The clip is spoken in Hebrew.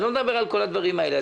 אני לא מדבר על כל הדברים האלה.